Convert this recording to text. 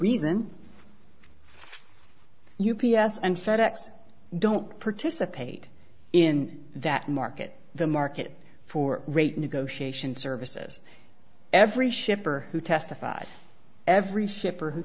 reason u p s and fed ex don't participate in that market the market for rate negotiation services every shipper who testified every shipper who